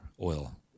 oil